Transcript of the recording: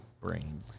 brain